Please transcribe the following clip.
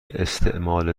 استعمال